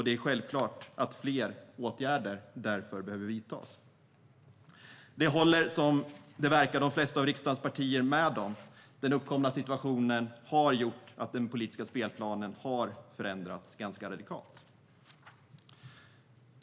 Det är självklart att fler åtgärder därför behöver vidtas. Som det verkar håller de flesta av riksdagens partier med om det. Den uppkomna situationen har gjort att den politiska spelplanen har förändrats ganska radikalt.